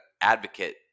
advocate